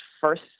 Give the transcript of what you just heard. first